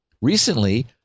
Recently